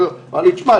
אמרו לי: תשמע,